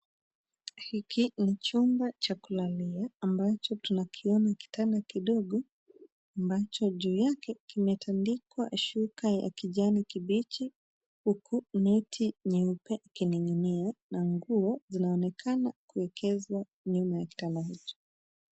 Hiki ni chumba cha kulalia ambacho tunakiona kitanda kidogo ambacho juu yake kimetandikwa shuka ya kijani kibichi huku neti nyeupe ikining'inia na nguo zinaonekana kuekezwa nyuma ya kitanda hicho.